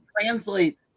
translate